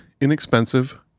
inexpensive